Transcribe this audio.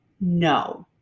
No